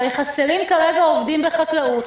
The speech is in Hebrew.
הרי חסרים כרגע עובדים בחקלאות,